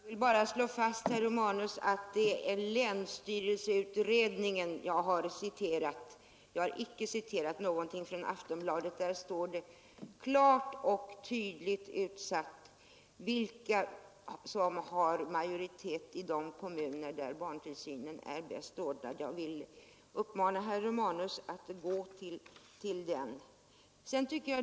Herr talman! Jag vill bara slå fast, herr Romanus, att det är länsstyrelseutredningen som jag har citerat; jag har inte citerat någonting från Aftonbladet. I utredningen står det klart och tydligt utsagt vilka som har majoritet i de kommuner där barntillsynen är bäst ordnad. Jag vill uppmana herr Romanus att gå till den.